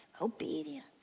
obedience